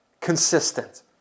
consistent